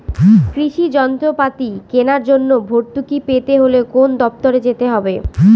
কৃষি যন্ত্রপাতি কেনার জন্য ভর্তুকি পেতে হলে কোন দপ্তরে যেতে হবে?